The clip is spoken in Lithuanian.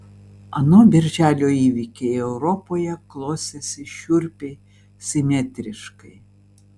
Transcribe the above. ano birželio įvykiai europoje klostėsi šiurpiai simetriškai